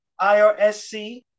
IRSC